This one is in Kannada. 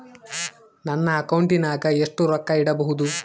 ನನ್ನ ಅಕೌಂಟಿನಾಗ ಎಷ್ಟು ರೊಕ್ಕ ಇಡಬಹುದು?